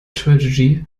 tragedy